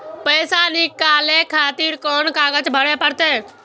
पैसा नीकाले खातिर कोन कागज भरे परतें?